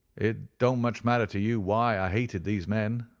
it don't much matter to you why i hated these men,